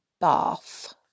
bath